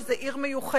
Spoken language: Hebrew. שזו עיר מיוחדת.